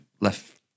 left